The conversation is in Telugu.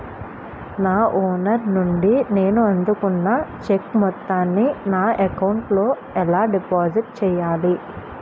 నా ఓనర్ నుండి నేను అందుకున్న చెక్కు మొత్తాన్ని నా అకౌంట్ లోఎలా డిపాజిట్ చేయాలి?